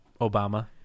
Obama